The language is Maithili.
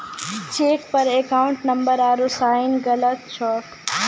चेक पर अकाउंट नंबर आरू साइन गलत छौ